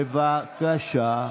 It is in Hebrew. בבקשה.